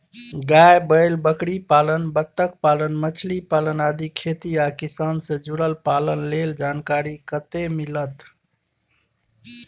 गाय, बैल, बकरीपालन, बत्तखपालन, मछलीपालन आदि खेती आ किसान से जुरल पालन लेल जानकारी कत्ते मिलत?